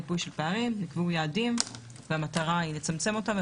נקבעו יעדים והמטרה היא לצמצם אותם.